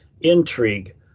intrigue